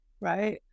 Right